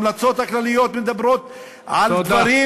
ההמלצות הכלליות מדברות על תודה.